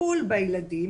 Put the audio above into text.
לטיפול בילדים,